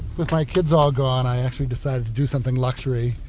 with my kids all gone, i actually decided to do something luxury.